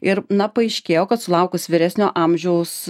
ir na paaiškėjo kad sulaukus vyresnio amžiaus